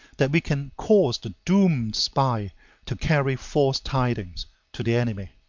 that we can cause the doomed spy to carry false tidings to the enemy.